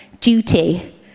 duty